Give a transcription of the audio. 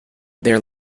their